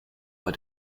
war